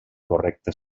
correcte